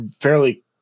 fairly